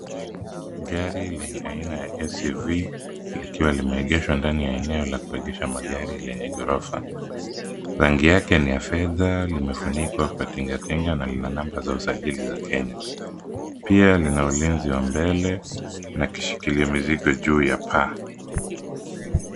Gari lenye aina ya [cs[SUV likiwa limeegeshwa ndani ya eneo la kuegesha magari lenye ghorofa. Rangi yake ni ya fedha, limefunikwa kwa tingatinga na lina namba za usajili za Kenya. Pia lina ulinzi wa mbele na kishikiliomizigo juu ya paa.